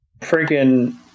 freaking